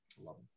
Love